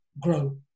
grow